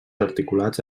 articulats